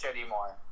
anymore